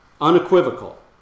unequivocal